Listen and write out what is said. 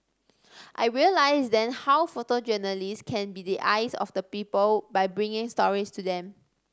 I realised then how photojournalists can be the eyes of the people by bringing stories to them